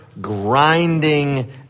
grinding